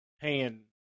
paying –